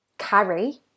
carry